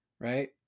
right